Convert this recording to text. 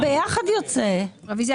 הצבעה הרוויזיה לא אושרה.